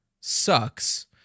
sucks